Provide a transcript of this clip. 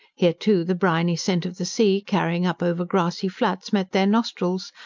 here, too, the briny scent of the sea, carrying up over grassy flats, met their nostrils,